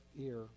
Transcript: ear